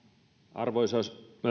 arvoisa